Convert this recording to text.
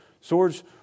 swords